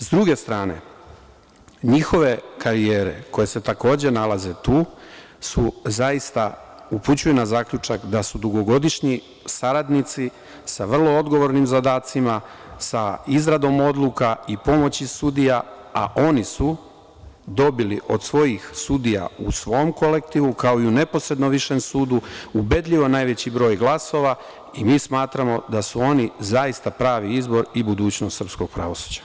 Sa druge strane, njihove karijere koje se takođe nalaze tu, zaista upućuju na zaključak da su dugogodišnji saradnici sa vrlo odgovornim zadacima, sa izradom odluka i pomoći sudija, a oni su dobili od svojih sudija u svom kolektivu kao i u neposredno višem sudu ubedljivo najveći broj glasova i mi smatramo da su oni zaista pravi izbor i budućnost srpskog pravosuđa.